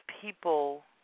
people